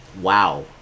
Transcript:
wow